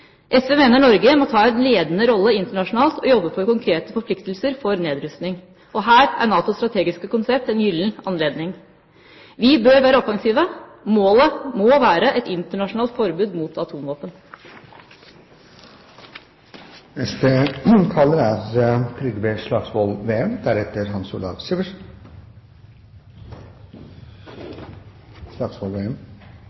SV mener Norge må ta en ledende rolle internasjonalt og jobbe for konkrete forpliktelser for nedrustning. Her er NATOs strategiske konsept en gyllen anledning. Vi bør være offensive. Målet må være et internasjonalt forbud mot